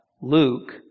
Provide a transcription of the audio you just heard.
Luke